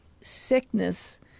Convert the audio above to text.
sickness